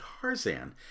Tarzan